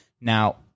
Now